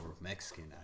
Mexican